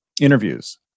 interviews